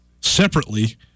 separately